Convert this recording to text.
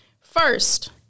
First